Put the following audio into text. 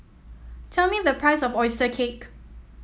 tell me the price of oyster cake